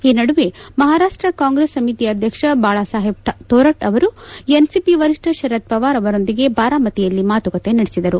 ಈ ನಡುವೆ ಮಹಾರಾಷ್ಟ ಕಾಂಗ್ರೆಸ್ ಸಮಿತಿಯ ಅಧ್ಯಕ್ಷ ಬಾಳಾಸಾಹೇಬ್ ತೋರಟ್ ಅವರು ಎನ್ಸಿಪಿ ವರಿಷ್ಟ ಶರದ್ ಪವಾರ್ ಅವರೊಂದಿಗೆ ಬಾರಾಮತಿಯಲ್ಲಿ ಮಾತುಕತೆ ನಡೆಸಿದರು